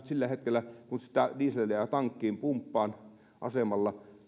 sillä hetkellä kun sitä dieseliä tankkiin pumppaan asemalla